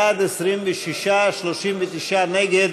בעד, 26, 39 נגד,